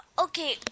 okay